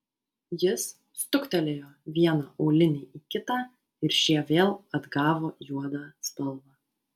jis stuktelėjo vieną aulinį į kitą ir šie vėl atgavo juodą spalvą